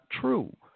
true